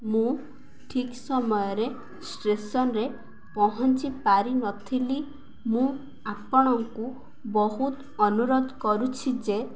ମୁଁ ଠିକ୍ ସମୟରେ ଷ୍ଟେସନ୍ରେ ପହଞ୍ଚି ପାରିନଥିଲି ମୁଁ ଆପଣଙ୍କୁ ବହୁତ ଅନୁରୋଧ କରୁଛି ଯେ